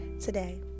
today